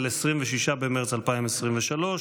26 במרץ 2023,